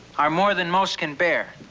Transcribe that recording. are more than most can bear.